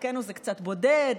לחלקנו זה קצת בודד,